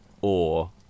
or-